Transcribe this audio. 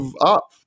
up